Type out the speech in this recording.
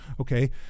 okay